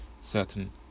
certain